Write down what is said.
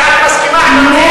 אמרתי שאת מסכימה עם,